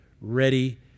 ready